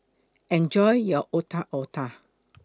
Enjoy your Otak Otak